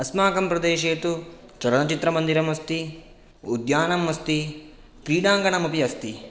अस्माकं प्रदेशे तु चलनचित्रमन्दिरमस्ति उद्यानम् अस्ति क्रीडाङ्गणमपि अस्ति